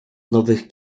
nowych